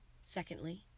Secondly